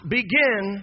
begin